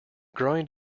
growing